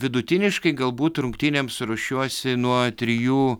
vidutiniškai galbūt rungtynėms ruošiuosi nuo trijų